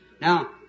Now